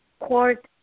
court